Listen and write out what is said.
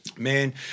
man